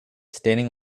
standing